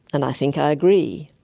and i think i agree,